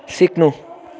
सिक्नु